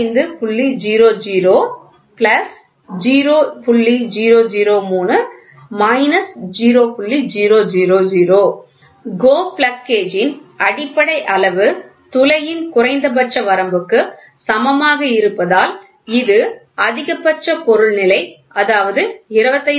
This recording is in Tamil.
GO பிளக் கேஜின் அடிப்படை அளவு துளையின் குறைந்தபட்ச வரம்புக்கு சமமாக இருப்பதால் இது அதிகபட்ச பொருள் நிலை அதாவது 25